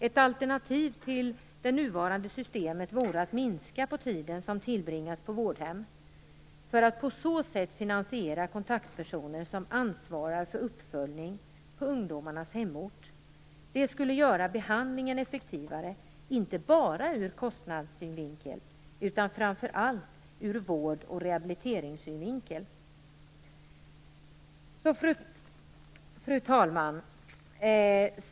Ett alternativ till det nuvarande systemet vore att minska på tiden som tillbringas på vårdhem för att på så sätt finansiera kontaktpersoner som ansvarar för uppföljning på ungdomarnas hemort. Det skulle göra behandlingen effektivare inte bara ur kostnadssynvinkel utan framför allt ur vård och rehabiliteringssynvinkel. Fru talman!